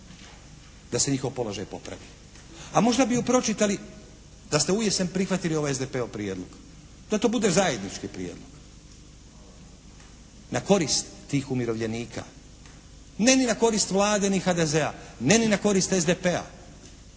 da se njihov položaj popravi. A možda bi ju pročitali da ste ujesen prihvatili ovaj SDP-ov prijedlog. Da to bude zajednički prijedlog. Na korist tih umirovljenika. Ne ni na korist Vlade ni HDZ-a, ne ni na korist SDP-a.